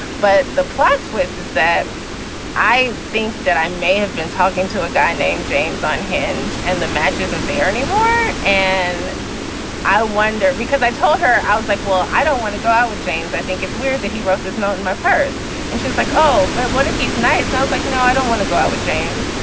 but the plot twist is that i think that i may have been talking to a guy named james on hange and and the match isn't there anymore. and i wonder because i told her i was like, well, i don't want to go out with james. i think it's weird that he wrote this note in my purse and she was like, oh, but what if he's nice? i was like, no, i don't want to go out with james.